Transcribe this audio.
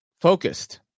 Focused